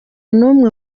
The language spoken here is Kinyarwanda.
numwe